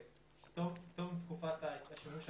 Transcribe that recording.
פטור מתקופת השימוש החורג.